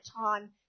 time